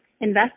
invest